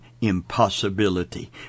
impossibility